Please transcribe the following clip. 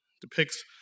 depicts